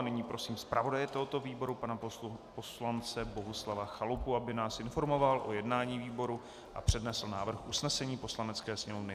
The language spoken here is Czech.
Nyní prosím zpravodaje tohoto výboru pana poslance Bohuslava Chalupu, aby nás informoval o jednání výboru a přednesl návrh usnesení Poslanecké sněmovny.